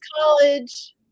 college